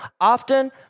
often